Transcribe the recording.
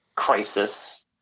crisis